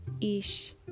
ish